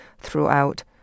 throughout